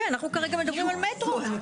אנחנו כרגע מדברים על מטרו.